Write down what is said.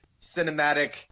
cinematic